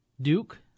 Duke